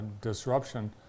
disruption